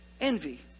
Envy